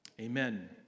Amen